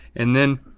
and then